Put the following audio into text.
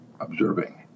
observing